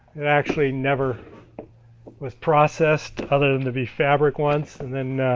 it actually never was processed, other than to be fabric once, and then